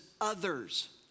others